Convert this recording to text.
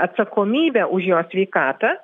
atsakomybę už jo sveikatą